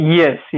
yes